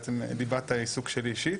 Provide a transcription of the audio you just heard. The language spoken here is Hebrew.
בעצם דיברת על העיסוק שלי אישית,